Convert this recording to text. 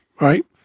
right